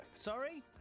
Sorry